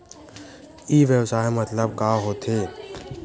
ई व्यवसाय मतलब का होथे?